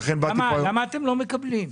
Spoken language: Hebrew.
למה אתם לא מקבלים?